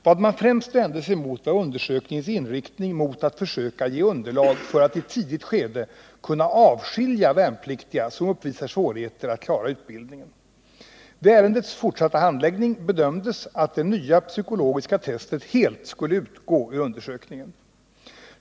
Vad man främst vände sig mot var undersökningens inriktning mot att försöka ge underlag för att i tidigt skede kunna avskilja värnpliktiga som uppvisar svårigheter att klara utbildningen. Vid ärendets fortsatta handläggning bedömdes att det nya psykologiska testet helt skulle utgå ur undersökningen.